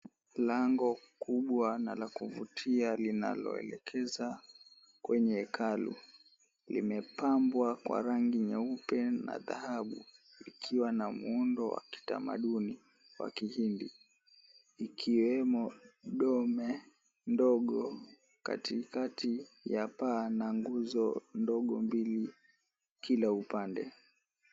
Lango kubwa na la kuvutia linaloelekeza kwenye hekalu. Limepambwa kwa rangi nyeupe na dhahabu, likiwa na muundo wa kitamaduni wa kihindi. Ikiwemo dome ndogo katikati ya paa na nguzo ndogo mbili kila upande.